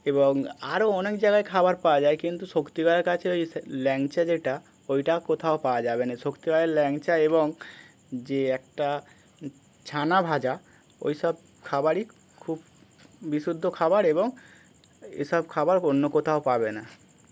এবং আরও অনেক জায়গায় খাবার পাওয়া যায় কিন্তু শক্তিগড়ের কাছে ওই ল্যাংচা যেটা ওইটা কোথাও পাওয়া যাবে না শক্তি বালের ল্যাংচা এবং যে একটা ছানা ভাজা ওই সব খাবারই খুব বিশুদ্ধ খাবার এবং এসব খাবার অন্য কোথাও পাবে না